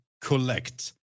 collect